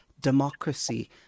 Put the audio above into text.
democracy